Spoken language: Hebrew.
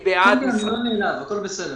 כן, אני לא נעלב, הכול בסדר.